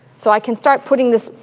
so i can start putting this,